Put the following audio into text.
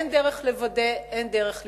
אין דרך לוודא ואין דרך לבחון.